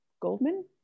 Goldman